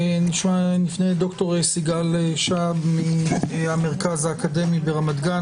ד"ר סיגל שהב מהמרכז האקדמי ברמת גן,